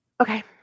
Okay